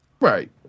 Right